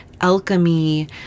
alchemy